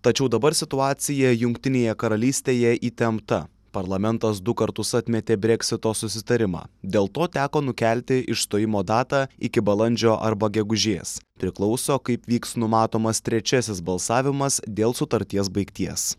tačiau dabar situacija jungtinėje karalystėje įtempta parlamentas du kartus atmetė breksito susitarimą dėl to teko nukelti išstojimo datą iki balandžio arba gegužės priklauso kaip vyks numatomas trečiasis balsavimas dėl sutarties baigties